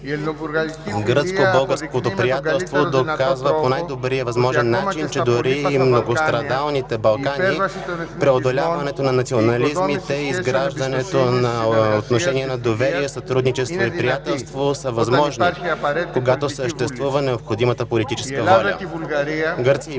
Гръцко-българското приятелство доказва по най-добрия възможен начин, че дори на многострадалните Балкани преодоляването на национализмите и изграждането на отношения на доверие, сътрудничество и приятелство са възможни, когато съществува необходимата политическа воля. Гърция и България